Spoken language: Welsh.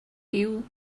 giw